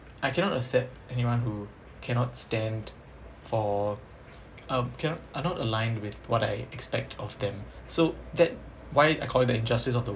I cannot accept anyone who cannot stand for um cannot are not aligned with what I expect of them so that's why I call it the injustice of the